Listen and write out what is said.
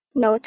no